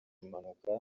impanuka